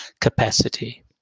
capacity